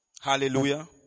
Hallelujah